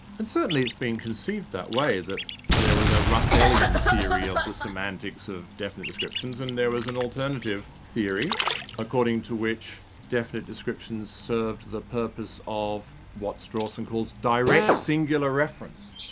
and certainly it's been conceived that way, that there was a russellian theory of the semantics of definite descriptions and there was an alternative theory according to which definite descriptions served the purpose of what strawson calls direct singular reference.